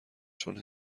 چون